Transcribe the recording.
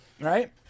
Right